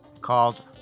called